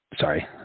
Sorry